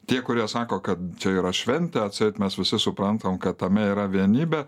tie kurie sako kad čia yra šventė atseit mes visi suprantam kad tame yra vienybė